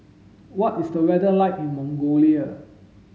what is the weather like in Mongolia